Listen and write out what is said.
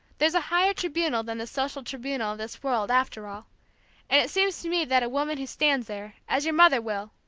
there's a higher tribunal than the social tribunal of this world, after all and it seems to me that a woman who stands there, as your mother will,